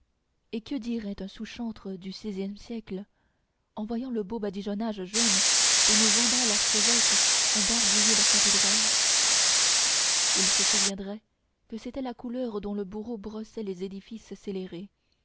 et que dirait un sous chantre du seizième siècle en voyant le beau badigeonnage jaune dont nos vandales archevêques ont barbouillé leur cathédrale il se souviendrait que c'était la couleur dont le bourreau brossait les édifices scélérés